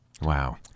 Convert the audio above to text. Wow